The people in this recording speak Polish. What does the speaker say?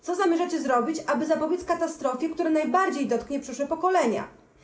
Co zamierzacie zrobić, aby zapobiec katastrofie, która najbardziej dotknie przyszłe pokolenia?